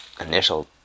initial